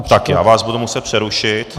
Tak já vás budu muset přerušit...